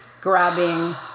grabbing